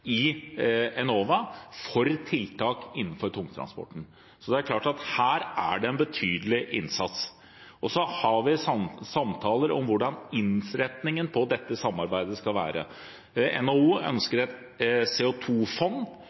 Enova for tiltak innenfor tungtransporten. Så her er det en betydelig innsats. Vi har samtaler om hvordan innretningen på dette samarbeidet skal være. NHO ønsker et